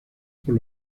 por